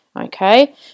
Okay